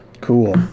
Cool